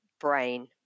brain